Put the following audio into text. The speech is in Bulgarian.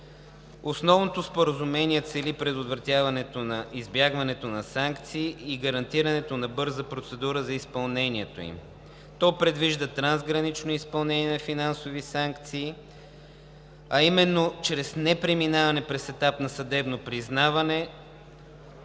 Основното споразумение цели предотвратяване избягването на санкции и гарантирането на бърза процедура за изпълнението им. То предвижда трансгранично изпълнение на финансови санкции, а именно чрез непреминаване през етап на съдебно признаване